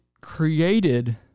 created